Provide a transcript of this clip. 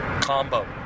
combo